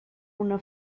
una